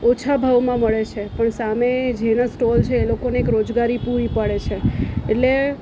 ઓછા ભાવમાં મળે છે પણ સામે જેના સ્ટોલ છે એ લોકોને એક રોજગારી પૂરી પાડે છે એટલે